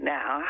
Now